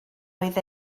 oedd